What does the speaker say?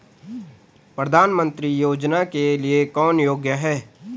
प्रधानमंत्री योजना के लिए कौन योग्य है?